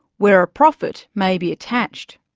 where a profit may be attached.